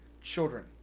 Children